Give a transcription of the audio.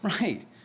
Right